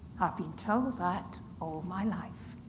been told that all my life.